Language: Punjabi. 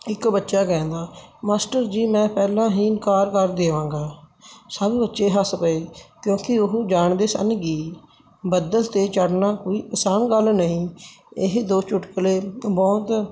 ਇੱਕ ਬੱਚਾ ਕਹਿੰਦਾ ਮਾਸਟਰ ਜੀ ਮੈਂ ਪਹਿਲਾਂ ਹੀ ਇਨਕਾਰ ਕਰ ਦੇਵਾਂਗਾ ਸਭ ਬੱਚੇ ਹੱਸ ਪਏ ਕਿਉਂਕਿ ਉਹਨੂੰ ਜਾਣਦੇ ਸਨ ਕਿ ਬਦਲ 'ਤੇ ਚੜ੍ਹਨਾ ਕੋਈ ਆਸਾਨ ਗੱਲ ਨਹੀਂ ਇਹ ਦੋ ਚੁਟਕੁਲੇ ਬਹੁਤ